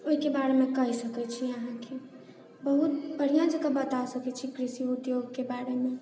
ओहिके बारेमे कहि सकै छी अहाँके बहुत बढ़िआँ जकाँ बता सकै छी कृषि उद्योगके बारेमे